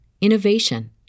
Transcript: innovation